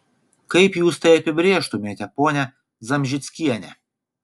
kaip jūs tai apibrėžtumėte ponia zamžickiene